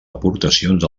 aportacions